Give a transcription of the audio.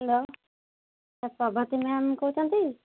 hello Prabhati ma'am କହୁଛନ୍ତି